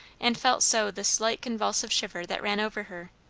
and felt so the slight convulsive shiver that ran over her.